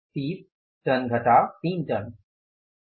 30 ton घटाव 3 ton है